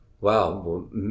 wow